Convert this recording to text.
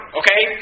okay